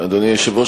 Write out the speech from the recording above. אדוני היושב-ראש,